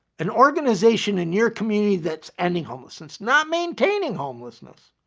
an organization in your community that's ending homelessness, not maintaining homelessness,